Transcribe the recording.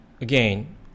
again